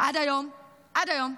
עד היום, עד היום,